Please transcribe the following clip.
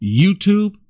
YouTube